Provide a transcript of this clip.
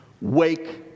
Wake